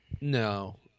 No